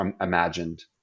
imagined